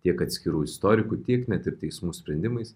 tiek atskirų istorikų tiek net ir teismų sprendimais